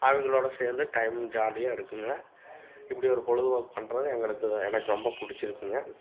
அவங்களோட சேர்ந்து டைம் ஜாலியாக இருக்குதுங்க இப்படி ஒரு பொழுதுபோக்கு பண்ணுறது எங்களுக்கு எனக்கு ரொம்ப பிடிச்சிருக்குங்க